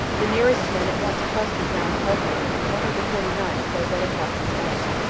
the nearest men at once clustered round to help him, and one of the forty ninth fell dead across his body.